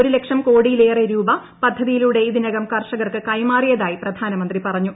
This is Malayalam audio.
ഒരു ലക്ഷം കോടിയിലേറെ രൂപ പദ്ധതിയിലൂടെ ഇതിനകം കർഷകർക്ക് കൈമാറിയ തായി പ്രധാനമന്ത്രി പറ്ഞ്ഞു